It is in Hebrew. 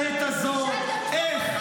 והשאלה האחרונה לעת הזו: איך?